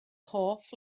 hoff